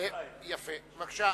תודה.